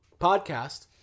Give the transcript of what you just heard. podcast